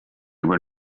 were